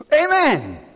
Amen